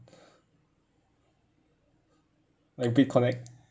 like bit connect